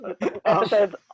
Episodes